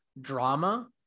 drama